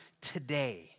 today